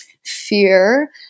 fear